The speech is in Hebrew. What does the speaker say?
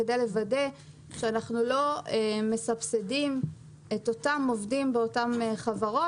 כדי לוודא שאנחנו לא מסבסדים את אותם עובדים באותן חברות,